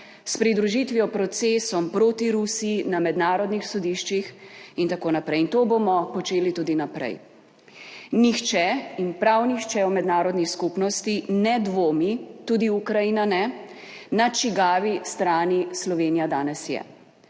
s pridružitvijo procesom proti Rusiji na mednarodnih sodiščih, itn., in to bomo počeli tudi naprej. Nihče in prav nihče v mednarodni skupnosti ne dvomi, tudi Ukrajina ne, na čigavi strani Slovenija danes je.